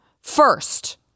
first